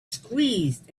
squeezed